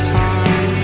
time